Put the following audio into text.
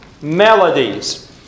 Melodies